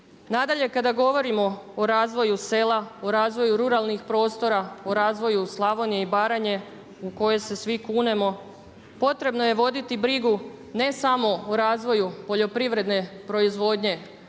Nadalje, kada govorimo o razvoju sela, o razvoju ruralnih prostora, o razvoju Slavonije i Baranje u koje se svi kunemo potrebno je voditi brigu ne samo o razvoju poljoprivredne proizvodnje